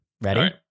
Ready